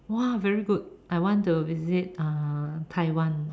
!wah! very good I want to visit uh Taiwan